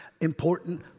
important